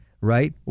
right